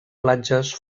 platges